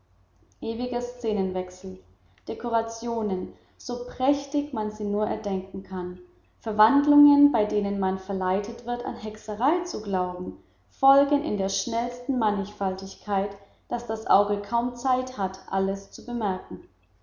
dekorationen so prächtig man sie nur erdenken kann verwandlungen bei denen man verleitet wird an hexerei zu glauben folgen in der schnellsten mannigfaltigkeit daß das auge kaum zeit hat alles zu bemerken